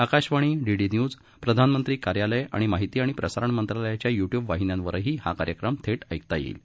Akashvani DD news प्रधानमंत्री कार्यालय आणि महिती आणि प्रसारण मंत्रालयाच्या यूट्यूब वाहिन्यांवरही हा कार्यक्रम थेट ऐकता येईल